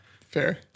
Fair